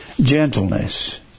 Gentleness